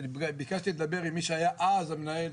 שאני ביקשתי לדבר עם מי שהיה אז המנהל,